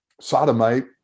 sodomite